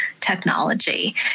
technology